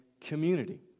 community